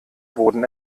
boden